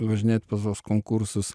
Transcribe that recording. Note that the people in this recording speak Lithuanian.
važinėt po tuos konkursus